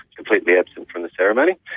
completely absent from the ceremony,